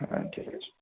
হ্যাঁ ঠিক আছে